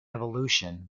evolution